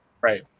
Right